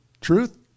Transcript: truth